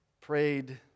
prayed